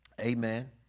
amen